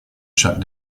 shut